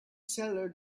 seller